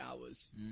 hours